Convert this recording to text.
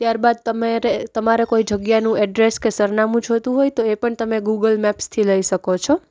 ત્યાર બાદ તમારે કોઈ જગ્યાનું એડ્રેસ કે સરનામું જોઈતું હોય તો એ પણ તમે ગૂગલ મેપ્સથી લઈ શકો છો